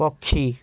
ପକ୍ଷୀ